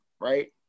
right